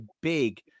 big